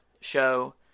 show